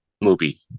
movie